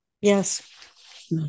Yes